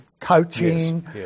coaching